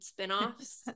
spinoffs